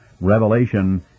Revelation